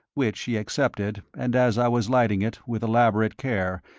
which she accepted, and as i was lighting it with elaborate care,